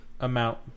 amount